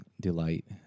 delight